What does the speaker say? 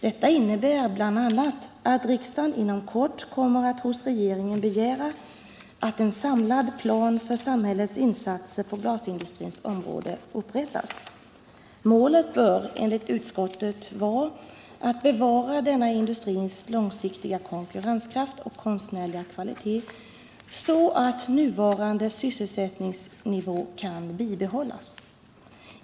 Detta torde bl.a. innebära att riksdagen inom kort kommer att hos regeringen begära att en samlad plan för samhällets insatser på glasindustrins område upprättas. Målet bör enligt utskottet vara att bevara denna industris långsiktiga konkurrenskraft och konstnärliga kvalitet, så att nuvarande sysselsättningsnivå kan bibehållas.